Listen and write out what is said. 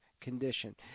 condition